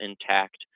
intact